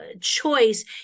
choice